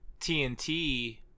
TNT